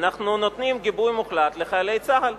אנחנו נותנים גיבוי מוחלט לחיילי צה"ל,